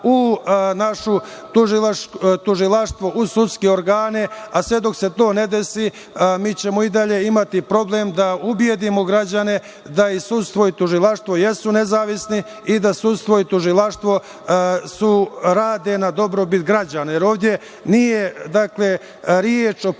u naše tužilaštvo, u sudske organe, a sve dok se to ne desi mi ćemo i dalje imati problem da ubedimo građane da i sudstvo i tužilaštvo jesu nezavisno i da sudstvo i tužilaštvo rade na dobrobit građana. Ovde nije reč o